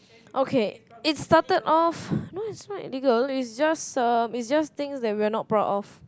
okay it started off no is not illegal is just um is just things that we're not proud of